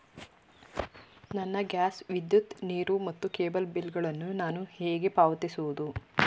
ನನ್ನ ಗ್ಯಾಸ್, ವಿದ್ಯುತ್, ನೀರು ಮತ್ತು ಕೇಬಲ್ ಬಿಲ್ ಗಳನ್ನು ನಾನು ಹೇಗೆ ಪಾವತಿಸುವುದು?